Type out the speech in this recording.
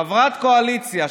חברת קואליציה.